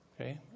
okay